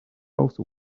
also